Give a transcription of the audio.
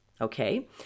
Okay